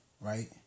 right